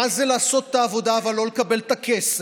מה זה לעשות את העבודה אבל לא לקבל את הכסף.